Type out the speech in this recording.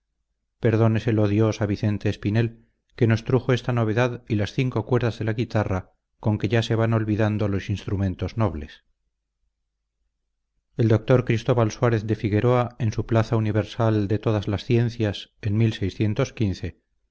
perdóneselo dios a vicente espinel que nos trujo esta novedad y las cinco cuerdas de la guitarra con que ya se van olvidando los instrumentos nobles el doctor cristóbal suarez de figueroa en su plaza universal de todas las ciencias en